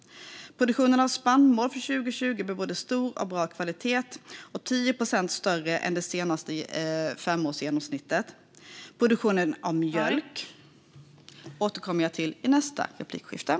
Produktionen av spannmål för 2020 blev både stor och av bra kvalitet och 10 procent större än det senaste femårsgenomsnittet. Produktionen av mjölk återkommer jag till i nästa inlägg.